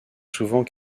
souvent